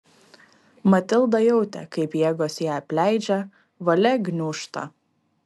matilda jautė kaip jėgos ją apleidžia valia gniūžta